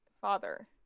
father